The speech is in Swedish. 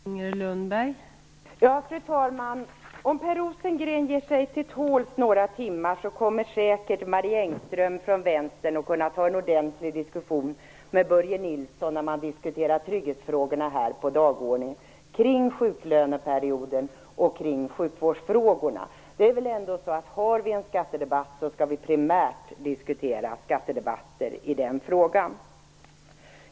Fru talman! Om Per Rosengren ger sig till tåls några timmar kommer säkert Marie Engström från Vänsterpartiet att kunna föra en ordentlig diskussion med Börje Nilsson om trygghetsfrågorna och sjuklöneperioden. Har vi en skattedebatt skall vi primärt diskutera skattefrågor.